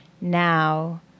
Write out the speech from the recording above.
now